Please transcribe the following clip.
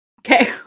Okay